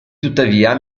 tuttavia